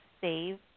save